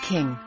King